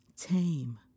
tame